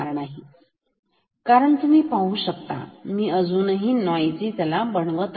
नाही कारण तुम्ही पाहू शकता येथे मी अजून नोईझीं बनवत आहे